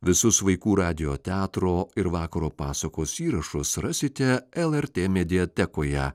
visus vaikų radijo teatro ir vakaro pasakos įrašus rasite lrt mediatekoje